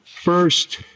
First